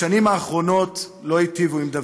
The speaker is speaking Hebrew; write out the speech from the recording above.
השנים האחרונות לא היטיבו עם דוד.